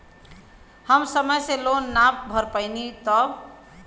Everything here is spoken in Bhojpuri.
हम समय से लोन ना भर पईनी तब?